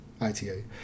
ITA